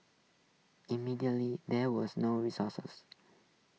immediately there was no resources